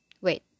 Wait